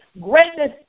Greatness